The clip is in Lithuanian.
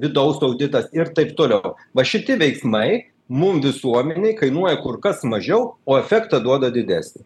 vidaus auditas ir taip toliau va šiti veiksmai mum visuomenei kainuoja kur kas mažiau o efektą duoda didesnį